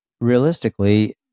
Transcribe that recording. realistically